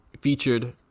featured